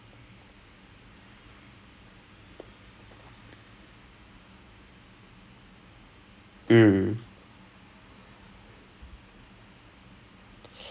two two and a half weeks then we met back on zoom and then he's like okay so mate catch me up like எவ்வளவு பண்ணிருக்கிறே எத்தனை:evvalavu pannirukirae etthanai hours போட்டு இருப்பே:pottu iruppae roughly எத்தனை:etthanai balls போட்டு இருப்பே:pottu iruppae then I gave him the numbers he's like